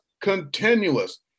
continuous